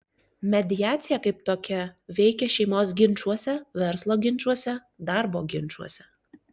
mediacija kaip tokia veikia šeimos ginčuose verslo ginčuose darbo ginčuose